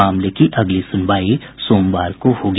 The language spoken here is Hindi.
मामले की अगली सुनवाई सोमवार को होगी